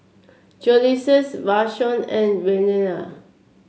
Joseluis Vashon and Renea